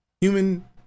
human